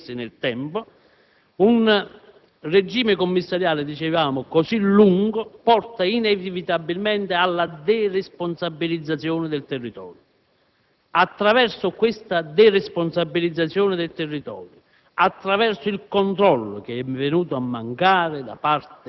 Un regime commissariale di così lunga durata porta inevitabilmente, oltre alla istituzionalizzazione del commissariamento che non pensa più forse a svolgere i propri compiti ma semplicemente ad autosostenersi nel tempo,